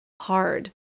hard